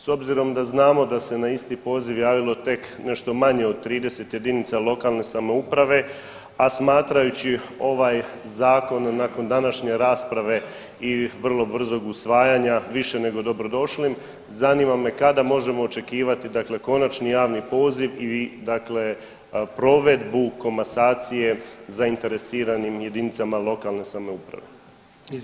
S obzirom da znamo da se na isti poziv javilo tek nešto manje od 30 jedinica lokalne samouprave, a smatrajući ovaj zakon nakon današnje rasprave i vrlo brzog usvajanja više nego dobro došlim zanima me kada možemo očekivati, dakle konačni javni poziv i dakle provedbu komasacije zainteresiranim jedinicama lokalne samouprave.